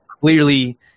clearly